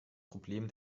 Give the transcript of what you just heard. problem